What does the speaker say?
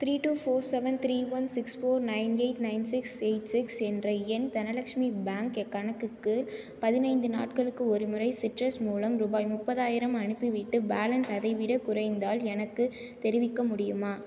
three two four seven three one six four nine eight nine six eight six என்ற என் Dhanalakshmi bank கணக்குக்கு பதினைந்து நாட்களுக்கு ஒரு முறை சிட்ரஸ் மூலம் ரூபாய் முப்பதாயிரம் அனுப்பி விட்டு பேலன்ஸ் அதை விட குறைந்தால் எனக்குத் தெரிவிக்க முடியுமா